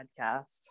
podcast